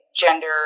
gender